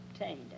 obtained